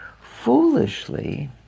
foolishly